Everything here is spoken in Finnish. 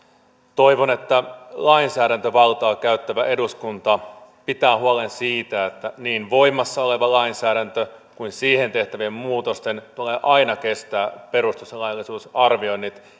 toivon että lainsäädäntövaltaa käyttävä eduskunta pitää huolen siitä että niin voimassa olevan lainsäädännön kuin siihen tehtävien muutosten tulee aina kestää perustuslaillisuusarvioinnit